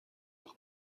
وقت